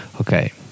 Okay